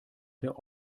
der